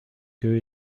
queue